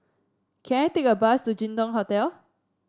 can I take a bus to Jin Dong Hotel